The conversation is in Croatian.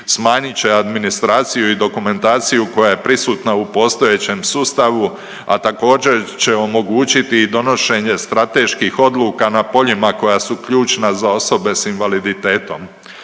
smanjit će administraciju i dokumentaciju koja je prisutna u postojećem sustavu, a također će omogućiti i donošenje strateških odluka na poljima koja su ključna za osobe s invaliditetom.